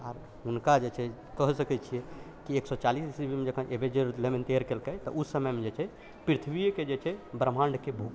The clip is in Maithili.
आओर हुनका जे छै कहि सकै छियै कि एक सए चालिस ईसवीमे जखन ए वी जॉर्ज लेमैत्रे केलकै तऽ उस समयमे जे छै पृथ्वीएके जे छै ब्रह्माण्डके बहुत